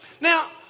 Now